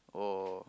or